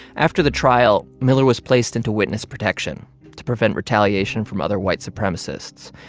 after the trial, miller was placed into witness protection to prevent retaliation from other white supremacists.